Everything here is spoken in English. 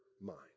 mind